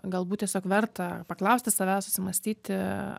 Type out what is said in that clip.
galbūt tiesiog verta paklausti savęs susimąstyti